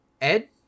Ed